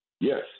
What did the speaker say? Yes